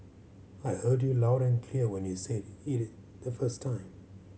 I heard you loud and clear when you said it the first time